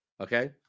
Okay